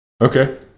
Okay